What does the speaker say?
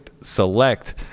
select